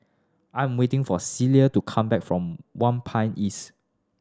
I'm waiting for Celia to come back from East